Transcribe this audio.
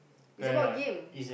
it's a board game